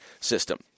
system